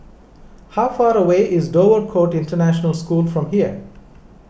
how far away is Dover Court International School from here